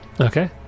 Okay